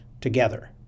together